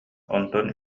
онтон